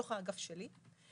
בתוך האגף שלי,